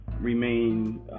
remain